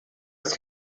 ist